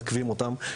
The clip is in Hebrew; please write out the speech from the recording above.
מעכבים אותם.